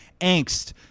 angst